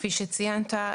כפי שציינת,